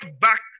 back